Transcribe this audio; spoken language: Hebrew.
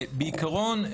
בעיקרון,